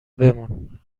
بمون